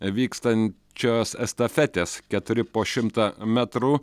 vykstančios estafetės keturi po šimtą metrų